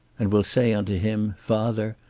and will say unto him, father,